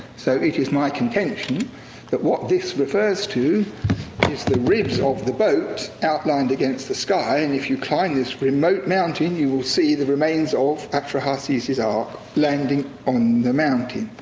so it is my contention that what this refers to is the ribs of the boat outlined against the sky, and if you climb this remote mountain, you will see the remains of atra-hassis's ark landing on the mountain.